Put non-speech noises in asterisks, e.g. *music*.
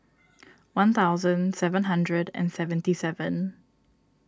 *noise* one thousand seven hundred and seventy seven